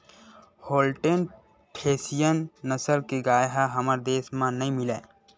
Holstein Friesian नसल के गाय ह हमर देस म नइ मिलय